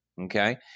Okay